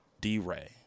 D-Ray